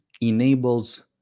enables